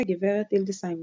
גברת הילדסהיימר